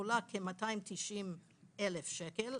עולה כ-290 אלף שקל,